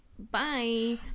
bye